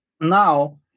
Now